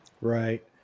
Right